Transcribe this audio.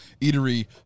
eatery